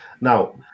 Now